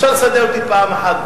אפשר לסדר אותי פעם אחת,